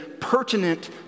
pertinent